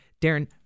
Darren